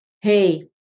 Hey